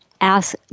ask